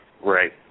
Right